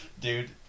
Dude